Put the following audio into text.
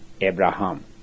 Abraham